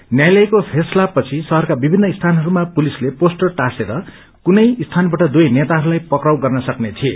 न्यायालयको फैसला पछि शहरका विभिन्न स्थानहरुमा पुलिसले पोस्टर टासेर पुलिसले कुनै स्थानबाट दुवै नेताहरूलाई पक्राउ गर्न सक्ने थिए